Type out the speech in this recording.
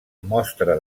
mostra